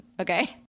okay